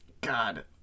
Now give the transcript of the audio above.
God